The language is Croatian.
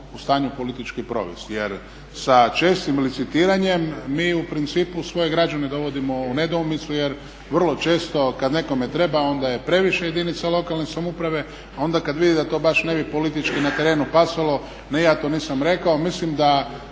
u stanju politički provesti. Jer sa čestim licitiranjem mi u principu svoje građane dovodimo u nedoumicu jer vrlo često kada nekome treba onda je previše jedinica lokalne samouprave a onda kada vidi da to baš ne bi politički na terenu pasalo, ne ja to nisam rekao. Mislim da